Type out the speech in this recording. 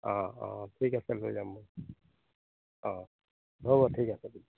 অঁ অঁ ঠিক আছে লৈ যাম মই অঁ হ'ব ঠিক আছে দিয়ক